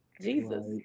Jesus